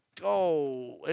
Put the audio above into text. go